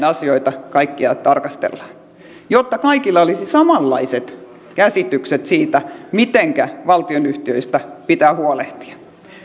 asioita yhtenäisesti tarkastellaan jotta kaikilla olisi samanlaiset käsitykset siitä mitenkä valtionyhtiöistä pitää huolehtia